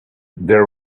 there